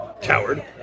Coward